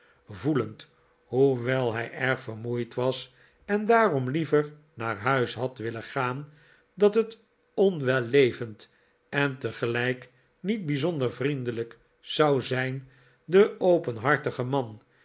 voelend hoewel hij erg vermoeid was en daarom liever naar huis had willen gaan dat het onwellevend en tegelijk niet bijzonder vriendelijk zou zijn den openhartigen man